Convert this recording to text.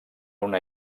una